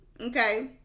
Okay